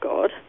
God